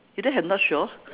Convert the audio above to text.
you don't have north shore